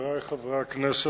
חברי חברי הכנסת,